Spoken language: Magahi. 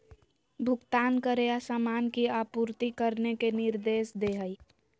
भुगतान करे या सामान की आपूर्ति करने के निर्देश दे हइ